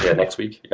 yeah next week.